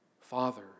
Father